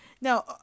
now